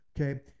okay